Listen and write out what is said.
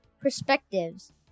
Perspectives